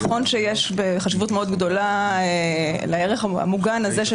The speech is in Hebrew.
נכון שיש חשיבות מאוד גדולה לערך המוגן הזה של